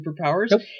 superpowers